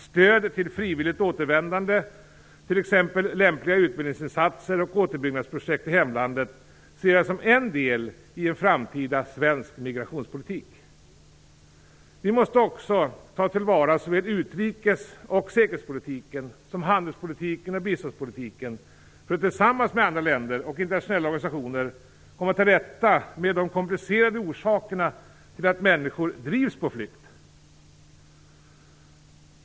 Stödet till frivilligt återvändande, t.ex. lämpliga utbildningsinsatser och återuppbyggnadsprojekt i hemlandet, ser jag som en del i en framtida svensk migrationspolitik. Vi måste också ta till vara såväl utrikes och säkerhetspolitiken som handelspolitiken och biståndspolitiken för att tillsammans med andra länder och internationella organisationer komma till rätta med de komplicerade orsakerna till att människor drivs på flykt.